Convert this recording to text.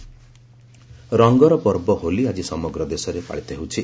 revise Holi ରଙ୍ଗର ପର୍ବ ହୋଲି ଆଜି ସମଗ୍ର ଦେଶରେ ପାଳିତ ହେଉଛି